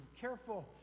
careful